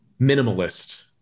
minimalist